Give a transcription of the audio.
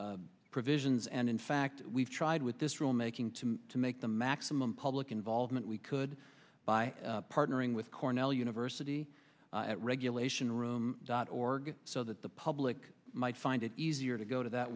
provisions and in fact we've tried with this rule making to to make the maximum public involvement we could by partnering with cornell university regulation room dot org so that the public might find it easier to go to that